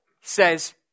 says